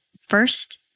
First